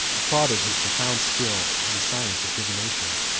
applauded his profound skill in the science of divination.